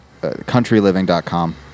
countryliving.com